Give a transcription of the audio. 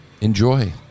Enjoy